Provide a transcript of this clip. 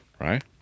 right